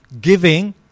giving